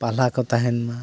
ᱯᱟᱞᱦᱟ ᱠᱚ ᱛᱟᱦᱮᱱ ᱢᱟ